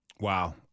Wow